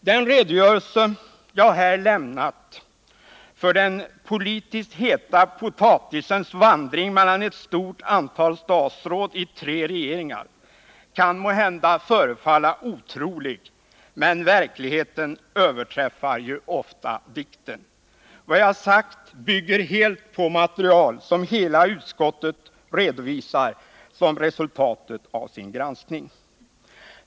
Den redogörelse jag här lämnat för den politiskt heta potatisens vandring mellan ett stort antal statsråd i tre regeringar kan måhända förefalla otrolig, men verkligheten överträffar ju ofta dikten. Vad jag sagt bygger helt på det material som utskottet redovisar som resultat av sin granskning.